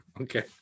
okay